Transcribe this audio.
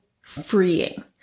freeing